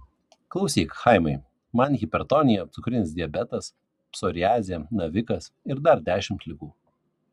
klausyk chaimai man hipertonija cukrinis diabetas psoriazė navikas ir dar dešimt ligų